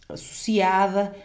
associada